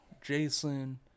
jason